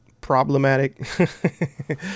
problematic